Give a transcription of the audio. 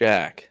Jack